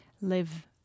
live